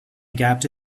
gap